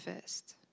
first